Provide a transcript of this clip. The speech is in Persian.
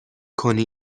کنی